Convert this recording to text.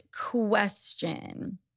question